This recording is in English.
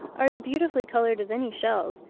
are as beautifully coloured as any shells,